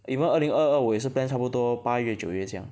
if not 二零二二我也是 plan 差不多八月九月这样